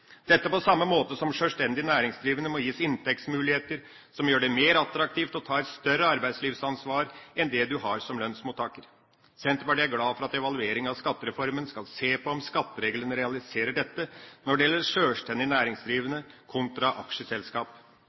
på samme måte som sjølstendig næringsdrivende må gis inntektsmuligheter som gjør det mer attraktivt å ta et større arbeidslivsansvar enn det en har som lønnsmottaker. Senterpartiet er glad for at evalueringa av skattereformen skal se på om skattereglene realiserer dette når det gjelder sjølstendig næringsdrivende kontra aksjeselskap.